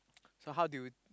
so how do you